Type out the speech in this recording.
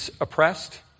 oppressed